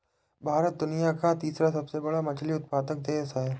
भारत दुनिया का तीसरा सबसे बड़ा मछली उत्पादक देश है